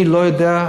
אני לא יודע.